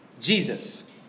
Jesus